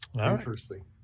Interesting